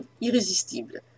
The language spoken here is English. irrésistible